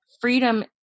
freedom